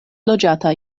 loĝata